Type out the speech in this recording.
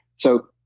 so,